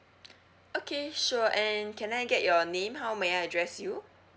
okay sure and can I get your name how may I address you